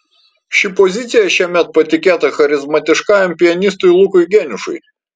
ši pozicija šiemet patikėta charizmatiškajam pianistui lukui geniušui